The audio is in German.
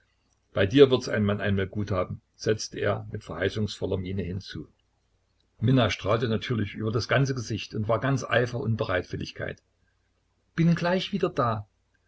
bei dir wird's ein mann einmal gut haben setzte er mit verheißungsvoller miene hinzu minna strahlte natürlich über das ganze gesicht und war ganz eifer und bereitwilligkeit bin gleich wieder da